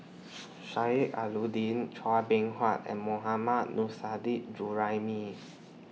Sheik Alau'ddin Chua Beng Huat and Mohammad Juraimi